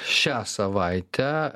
šią savaitę